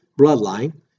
bloodline